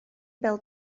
bêl